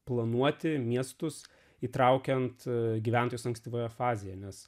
planuoti miestus įtraukiant gyventojus ankstyvoje fazėje nes